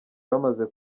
bamaze